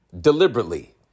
deliberately